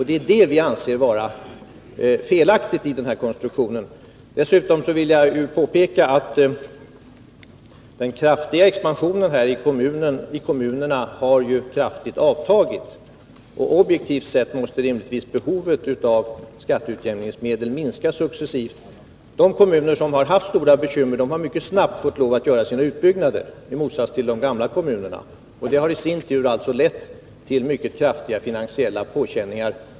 Det är detta som vi anser vara felaktigt när det gäller den aktuella konstruktionen. Dessutom vill jag påpeka att den kraftiga expansionen i kommunerna väsentligt har avtagit. Objektivt sett måste rimligtvis behovet av skatteutjämningsmedel minska successivt. De kommuner som haft stora bekymmer har mycket snabbt fått lov att göra sina utbyggnader, i motsats till de gamla kommunerna. Det har i sin tur alltså lett till mycket kraftiga finansiella påkänningar.